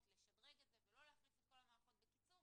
לשדרג ולא להחליף את על המערכות בקיצור,